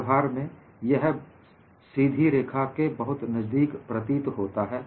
व्यवहार में यह सीधी रेखा के बहुत नजदीक प्रतीत होता है